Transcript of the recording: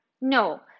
no